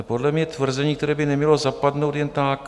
Podle mě tvrzení, které by nemělo zapadnout jen tak.